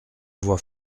voie